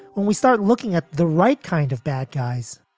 when we start looking at the right kind of bad guys